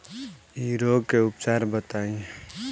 इ रोग के उपचार बताई?